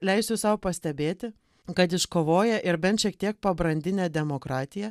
leisiu sau pastebėti kad iškovoję ir bent šiek tiek pabrandinę demokratiją